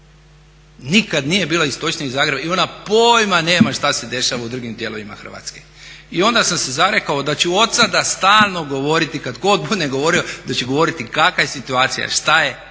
Nikada nije bila istočnija od Zagreba i ona pojma nema šta se dešava u drugim dijelovima Hrvatske. I onda sam se zarekao da ću od sada stalno govoriti, kada god budem govorio da ću govoriti kakva je situacija, šta je, kako